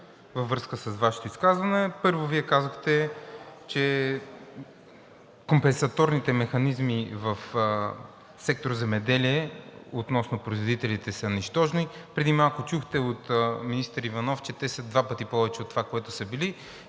във връзка с Вашето изказване. Първо, Вие казахте, че компенсаторните механизми в сектор „Земеделие“ относно производителите са нищожни. Преди малко чухте от министър Иванов, че те са два пъти повече от това, което са били,